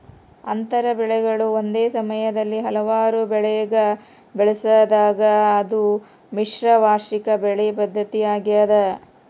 ಅಂತರ ಬೆಳೆಗಳು ಒಂದೇ ಸಮಯದಲ್ಲಿ ಹಲವಾರು ಬೆಳೆಗ ಬೆಳೆಸಿದಾಗ ಅದು ಮಿಶ್ರ ವಾರ್ಷಿಕ ಬೆಳೆ ಪದ್ಧತಿ ಆಗ್ಯದ